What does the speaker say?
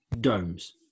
domes